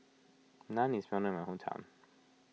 Naan is well known in my hometown